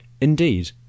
Indeed